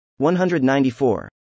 194